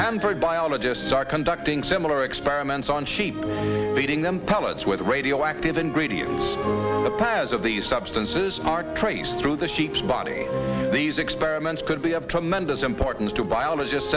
hanford biologists are conducting similar experiments on sheep leading them pellets with radioactive ingredients the pairs of these substances are traced through the sheep's body these experiments could be of tremendous importance to biologist